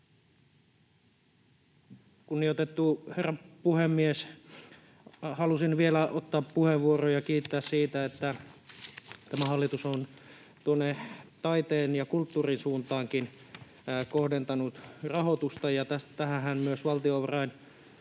Kunnioitettu herra puhemies! Halusin vielä ottaa puheenvuoron ja kiittää siitä, että tämä hallitus on taiteen ja kulttuurin suuntaankin kohdentanut rahoitusta. Valtiovarainvaliokunnan